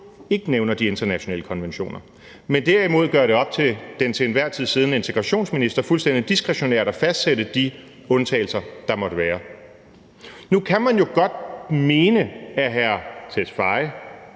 ikke nævner de internationale konventioner, men derimod lader det være op til den til enhver tid siddende integrationsminister fuldstændig diskretionært at fastsætte de undtagelser, der måtte være. Kl. 16:42 Nu kan man jo godt mene, at udlændinge-